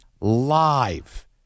live